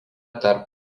tarp